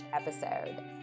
episode